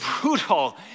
brutal